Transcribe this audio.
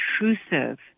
intrusive